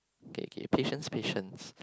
okay okay patience patience